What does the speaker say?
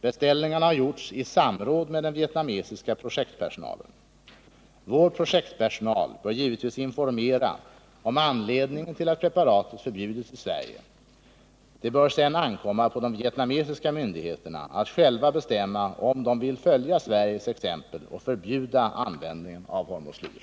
Beställningarna har gjorts i samråd med den vietnamesiska projektpersonalen. Vår projektpersonal bör givetvis informera om anledningen till att preparatet förbjudits i Sverige. Det bör sedan ankomma på de vietnamesiska myndigheterna att själva bestämma om de vill följa Sveriges exempel och förbjuda användningen av hormoslyr.